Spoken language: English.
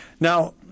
Now –